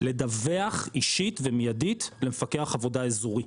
לדווח אישית ומיידית למפקח העבודה האזורי.